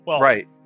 Right